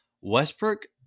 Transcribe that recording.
Westbrook